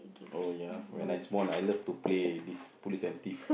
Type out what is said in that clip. oh ya when I small I love to play this police and thief